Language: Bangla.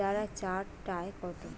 পেয়ারা চার টায় কত?